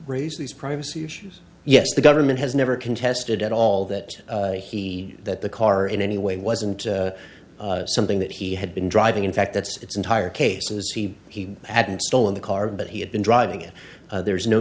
raise these privacy issues yes the government has never contested at all that he that the car in any way wasn't something that he had been driving in fact that's its entire cases he hadn't stolen the car but he had been driving it there is no